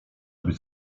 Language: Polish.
być